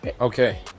Okay